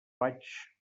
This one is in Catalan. vaig